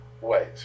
ways